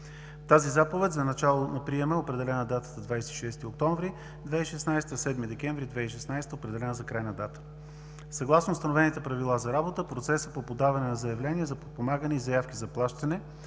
тази заповед за начало на приема е определена датата 26 октомври 2016 г. – 7 декември 2016 г., определена за крайна дата. Съгласно установените правила за работа процесът по подаване на заявление за подпомагане и заявки за плащане